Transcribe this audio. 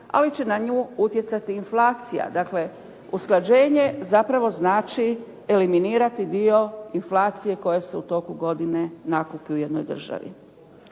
ali će na nju utjecati inflacija, dakle usklađenje zapravo znači eliminirati dio inflacije koja se u toku godine nakupi u jednoj državi.